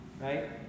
right